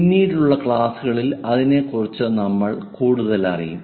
പിന്നീടുള്ള ക്ലാസുകളിൽ അതിനെക്കുറിച്ച് നമ്മൾ കൂടുതലറിയും